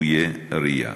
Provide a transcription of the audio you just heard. ליקויי ראייה.